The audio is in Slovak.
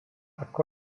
ako